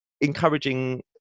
encouraging